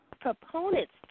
proponents